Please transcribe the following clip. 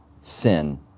sin